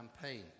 campaign